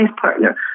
partner